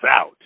out